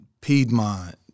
Piedmont